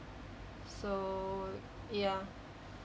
so ya